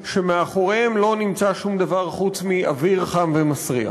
שמאחוריהם לא נמצא שום דבר חוץ מאוויר חם ומסריח.